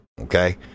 Okay